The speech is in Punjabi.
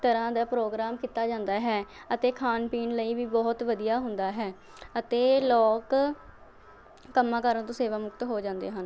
ਤਰ੍ਹਾਂ ਦੇ ਪ੍ਰੋਗਰਾਮ ਕੀਤਾ ਜਾਂਦਾ ਹੈ ਅਤੇ ਖਾਣ ਪੀਣ ਲਈ ਵੀ ਬਹੁਤ ਵਧੀਆ ਹੁੰਦਾ ਹੈ ਅਤੇ ਲੋਕ ਕੰਮਾਂ ਕਾਰਾਂ ਤੋਂ ਸੇਵਾ ਮੁਕਤ ਹੋ ਜਾਂਦੇ ਹਨ